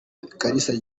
kalisa